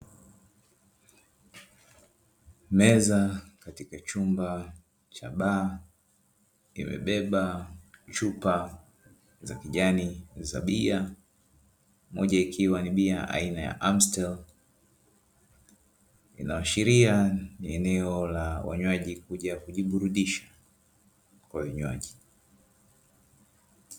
Meza katika chumba cha baa, imebeba chupa za kijani za bia moja ikiwa ni bia aina ya amusteri, ikiashiria ni eneo la wanywaji kuja kujiburudisha kwa vinywaji.